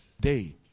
day